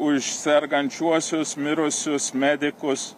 už sergančiuosius mirusius medikus